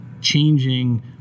changing